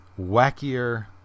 wackier